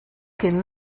can